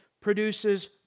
produces